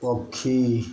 ପକ୍ଷୀ